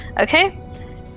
Okay